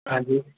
हाँ जी